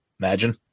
Imagine